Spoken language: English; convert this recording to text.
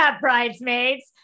bridesmaids